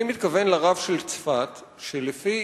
אני מתכוון לרב של צפת, שלפי